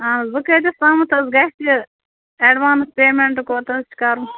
اہن حظ وۄنۍ کۭتِس تامَتھ حظ گژھِ ایڈوانٕس پیمینٹ کوتاہ حظ چھِ کَرُن